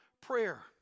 prayer